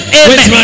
amen